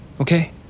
okay